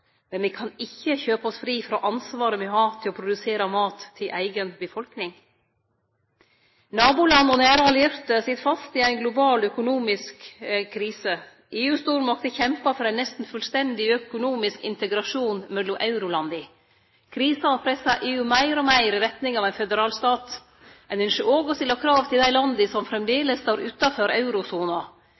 Men me kan ikkje kjøpe oss fri frå ansvaret me har til å produsere mat til eiga befolkning. Naboland og nære allierte sit fast i ei global økonomisk krise. EU-stormakter kjempar for ein nesten fullstendig økonomisk integrasjon mellom eurolanda. Krisa pressar EU meir og meir i retning av ein føderal stat. Ein ynskjer òg å stille krav til dei landa som framleis står utanfor eurosona.